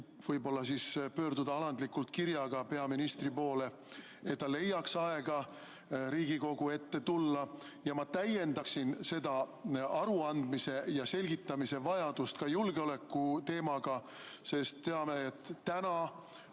[võiks] siis pöörduda alandlikult kirjaga peaministri poole, et ta leiaks aega Riigikogu ette tulla. Ja ma täiendaksin seda aruandmise ja selgitamise vajadust ka julgeoleku teemaga, sest teame, et täna